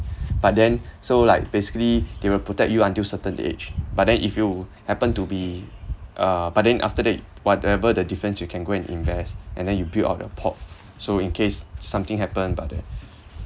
but then so like basically they will protect you until certain age but then if you happen to be uh but then after that whatever the difference you can go and invest and then you build up your pot so in case something happen about that